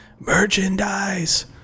merchandise